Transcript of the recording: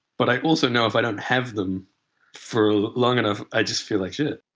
but i also know if i don't have them for long enough, i just feel like shit.